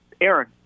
Aaron